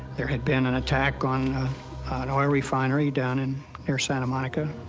there had been an attack on an ore refinery down and near santa monica,